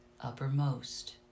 uppermost